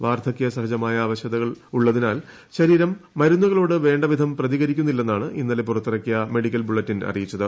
വാർധകൃസഹജമായ അവശതകളുള്ളതിനാൽ ശരീരം മരുന്നുകളോട് വേണ്ട വിധം പ്രതികരിക്കുന്നില്ലെന്നാണ് ഇന്നലെ പുറത്തിറക്കിയ മെഡിക്കൽ ബുള്ളറ്റിൻ അറിയിച്ചത്